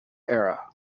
era